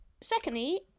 Secondly